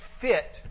fit